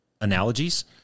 analogies